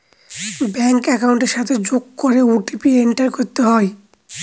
bank একাউন্টের সাথে যোগ করে ও.টি.পি এন্টার করতে হয়